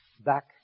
back